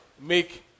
Make